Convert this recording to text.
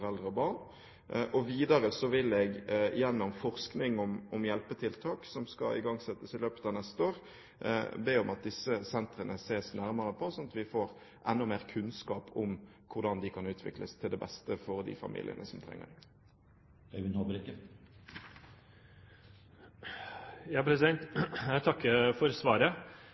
og barn. Videre vil jeg gjennom forskning om hjelpetiltak, som skal igangsettes i løpet av neste år, be om at man ser nærmere på disse sentrene, slik at vi får enda mer kunnskap om hvordan de kan utvikles til det beste for de familiene som trenger dem. Jeg takker for svaret. Jeg er glad for